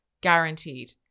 guaranteed